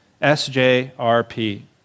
S-J-R-P